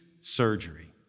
surgery